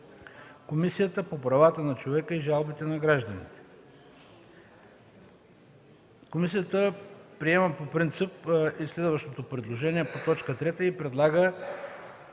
„Комисията по правата на човека и жалбите на гражданите”.” Комисията приема по принцип предложението по т. 3 и предлага